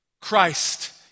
Christ